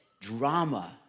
drama